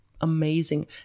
amazing